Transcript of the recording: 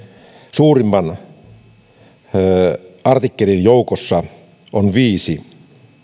suurimman artikkelin joukossa on viisi